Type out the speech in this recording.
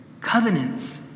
Covenants